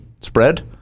spread